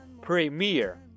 Premier